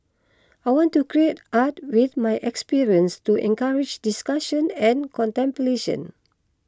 I want to create art with my experience to encourage discussion and contemplation